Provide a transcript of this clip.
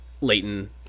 Leighton